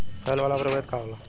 फैले वाला प्रभेद का होला?